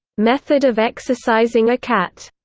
method of exercising a cat,